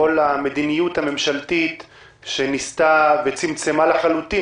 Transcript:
כל המדיניות הממשלתית שניסתה וצמצמה לחלוטין,